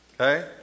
Okay